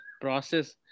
process